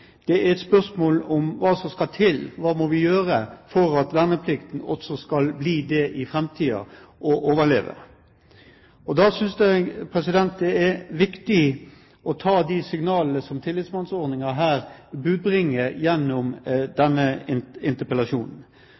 det er et spørsmål om hva som skal til, hva vi må gjøre for at verneplikten også skal bli det i framtiden og overleve. Da synes jeg det er viktig å ta de signalene som Tillitsmannsordningen her budbringer gjennom interpellasjonen.